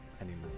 anymore